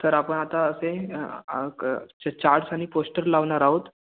तर आपण आता असे चार्ट्स आणि पोस्टर लावणार आहोत